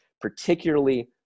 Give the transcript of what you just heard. particularly